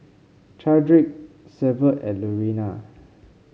Chadrick Severt and Lurena